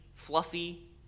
fluffy